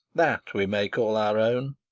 that we may call our own.